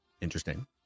Interesting